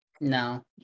no